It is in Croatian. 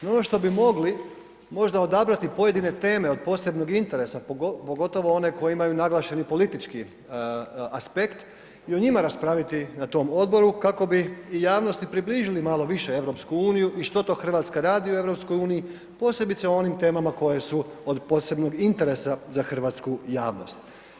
No, ono što bi mogli možda odabrati pojedine teme od posebnog interesa, pogotovo one koje imaju naglašeni politički aspekt i o njima raspraviti na tom odboru kako bi i javnosti približili malo više EU i što to RH radi u EU, posebice o onim temama koje su od posebnog interesa za hrvatsku javnost.